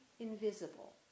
invisible